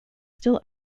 still